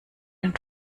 und